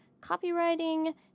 copywriting